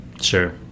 sure